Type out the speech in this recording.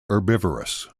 herbivorous